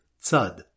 Tzad